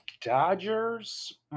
Dodgers